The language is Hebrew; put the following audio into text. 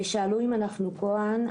שאלו אם אנחנו כאן,